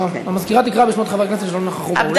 המזכירה תקרא בשמות חברי הכנסת שלא נכחו באולם.